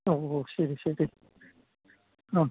ഓഹോ ശരി ശരി ആ